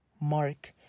Mark